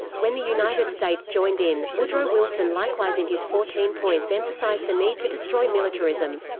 when the united states joined in, woodrow wilson likewise in his fourteen points emphasized the need to destroy militarism.